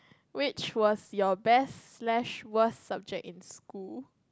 which was your best slash worst subject in school